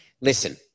Listen